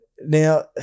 Now